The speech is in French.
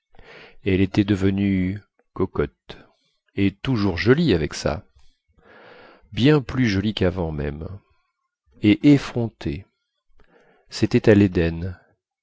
elle était devenue cocotte et toujours jolie avec ça bien plus jolie quavant même et effrontée cétait à leden